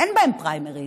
אין בהן פריימריז,